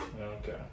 Okay